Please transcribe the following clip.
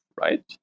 right